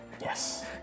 Yes